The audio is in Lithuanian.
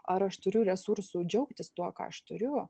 ar aš turiu resursų džiaugtis tuo ką aš turiu